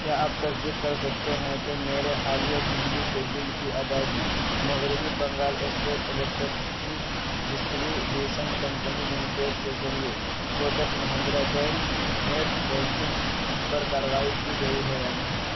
کیا آپ تصدیق کر سکتے ہیں کہ میرے حالیہ بجلی کے بل کی ادائیگی مغربی Bengal state electricity distribution company limited کے ذریعے Kotak Mahindra bank net banking پر کارروائی کی گئی ہے یا نہیں